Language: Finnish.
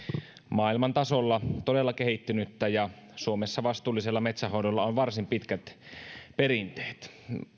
maailman tasolla todella kehittynyttä ja suomessa vastuullisella metsänhoidolla on varsin pitkät perinteet